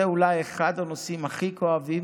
זה אולי אחד הנושאים הכי כואבים.